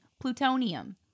Plutonium